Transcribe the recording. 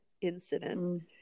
incident